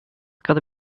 gotta